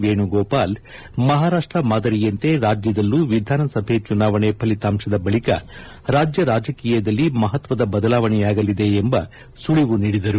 ವೇಣುಗೋಪಾಲ್ ಮಹಾರಾಷ್ವ ಮಾದರಿಯಂತೆ ರಾಜ್ಯದಲ್ಲೂ ವಿಧಾನಸಭೆ ಚುನಾವಣೆ ಫಲಿತಾಂಶದ ಬಳಿಕ ರಾಜ್ಯ ರಾಜಕೀಯದಲ್ಲಿ ಮಹತ್ವದ ಬದಲಾವಣೆಯಾಗಲಿದೆ ಎಂಬ ಸುಳಿವು ನೀಡಿದರು